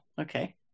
okay